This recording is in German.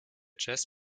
jazz